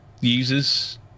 users